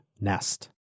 nest